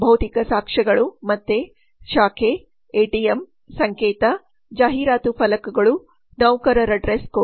ಭೌತಿಕ ಸಾಕ್ಷ್ಯಗಳು ಮತ್ತೆ ಶಾಖೆ ಎಟಿಎಂ ಸಂಕೇತ ಜಾಹೀರಾತು ಫಲಕಗಳು ನೌಕರರ ಡ್ರೆಸ್ ಕೋಡ್